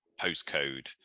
postcode